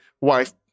wife